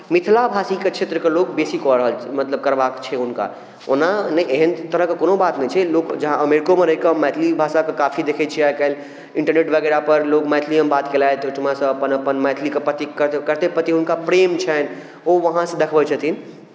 मिथलाभाषीके क्षेत्रके लोक बेसी कऽ रहल छथिन मतलब करबाक छै हुनका ओना नहि एहन तरहक कोनो बात नहि छै लोक जहाँ अमेरिकोमे रहि कऽ मैथली भाषाकेँ काफी देखैत छियै आइ काल्हि इन्टरनेट वगैरहपर लोक मैथलीएमे बात कयलथि ओहिठुमा तऽ अपन अपन मैथलीके प्रति कतेक हुनका प्रेम छनि ओ वहाँसँ देखबैत छथिन